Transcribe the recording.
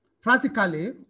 Practically